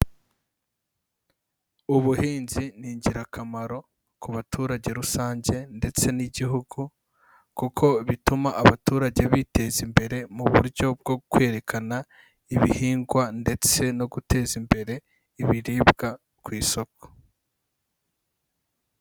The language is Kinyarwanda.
Ubuhinzi ni ingirakamaro ku baturage rusange ndetse n'igihugu, kuko bituma abaturage biteza imbere mu buryo bwo kwerekana ibihingwa ndetse no guteza imbere ibiribwa ku isoko.